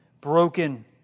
broken